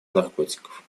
наркотиков